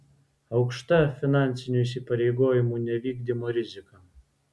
aukšta finansinių įsipareigojimų nevykdymo rizika